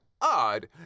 odd